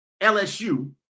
LSU